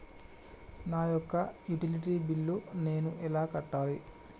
నా యొక్క utility bill నేను ఎలా కట్టాలి?